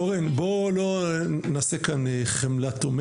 אורן, בוא לא נעשה כאן חמלטומטר.